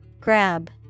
Grab